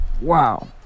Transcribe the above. Wow